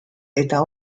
eta